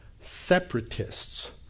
separatists